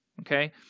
okay